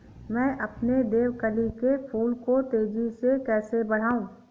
मैं अपने देवकली के फूल को तेजी से कैसे बढाऊं?